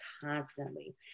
constantly